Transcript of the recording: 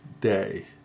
day